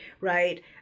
right